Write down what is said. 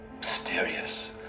mysterious